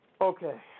Okay